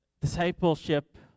discipleship